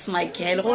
Michael